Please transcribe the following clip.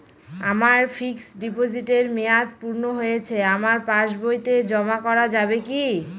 আমার ফিক্সট ডিপোজিটের মেয়াদ পূর্ণ হয়েছে আমার পাস বইতে জমা করা যাবে কি?